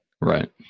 Right